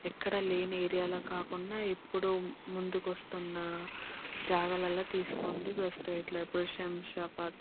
ఎక్కడ లేని ఏరియాలో కాకుండా ఇప్పుడు ముందుకు వస్తున్న జాగాలలో తీసుకోండి బెస్ట్ ఇట్లా ఇప్పుడు శంషాబాద్